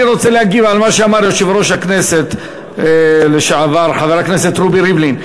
אני רוצה להגיב על מה שאמר יושב-ראש הכנסת לשעבר חבר הכנסת רובי ריבלין.